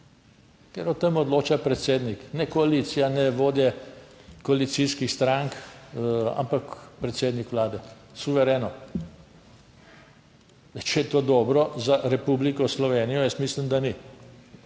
Ker o tem odloča predsednik, ne koalicija, ne vodje koalicijskih strank, ampak predsednik vlade suvereno. Če je to dobro za Republiko Slovenijo, jaz mislim, da ni.